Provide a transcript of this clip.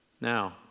Now